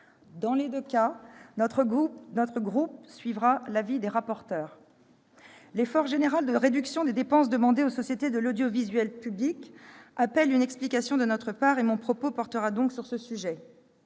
public. Notre groupe suivra l'avis des rapporteurs de ces deux commissions. L'effort général de réduction des dépenses demandé aux sociétés de l'audiovisuel public appelle une explication de notre part ; mon propos portera donc sur ce sujet.